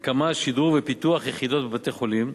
הקמה, שדרוג ופיתוח יחידות בבתי-חולים,